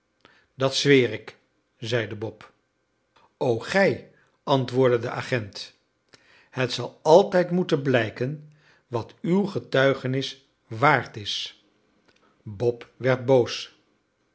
dat zweer ik zeide bob o gij antwoordde de agent het zal altijd moeten blijken wat uw getuigenis waard is bob werd boos